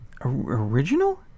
original